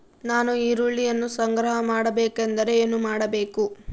ನಾನು ಈರುಳ್ಳಿಯನ್ನು ಸಂಗ್ರಹ ಮಾಡಬೇಕೆಂದರೆ ಏನು ಮಾಡಬೇಕು?